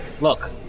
Look